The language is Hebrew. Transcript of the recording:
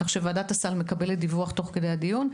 כך שוועדת הסל מקבלת דיווח תוך כדי הדיון,